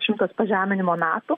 šimtas pažeminimo metų